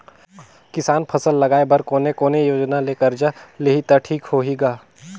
किसान फसल लगाय बर कोने कोने योजना ले कर्जा लिही त ठीक होही ग?